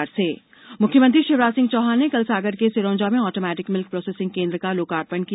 किसान सौगात मुख्यमंत्री शिवराज सिंह चौहान ने कल सागर के सिरोंजा में ऑटोमेटिक मिल्क प्रोसेसिंग केंद्र का लोकार्पण किया